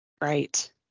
Right